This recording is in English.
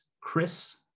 Chris